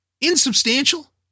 insubstantial